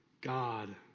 God